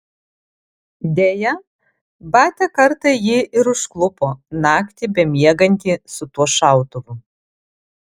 deja batia kartą jį ir užklupo naktį bemiegantį su tuo šautuvu